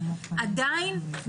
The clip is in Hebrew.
עדיין,